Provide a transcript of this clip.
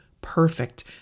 perfect